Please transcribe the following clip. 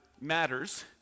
matters